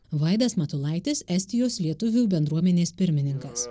vaidas matulaitis estijos lietuvių bendruomenės pirmininkas